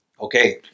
Okay